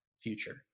future